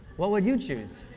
what would you choose?